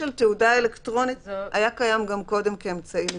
תעודה אלקטרונית זה היה קיים גם קודם כאמצעי לזיהוי.